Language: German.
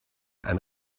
ein